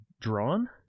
drawn